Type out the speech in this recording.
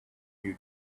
you